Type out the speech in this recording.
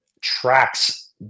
tracks